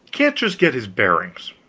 can't just get his bearings.